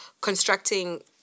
constructing